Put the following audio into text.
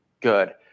good